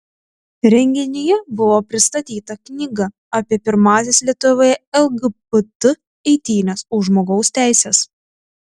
renginyje buvo pristatyta knyga apie pirmąsias lietuvoje lgbt eitynes už žmogaus teises